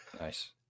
Nice